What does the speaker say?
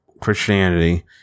Christianity